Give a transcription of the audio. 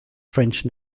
french